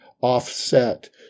offset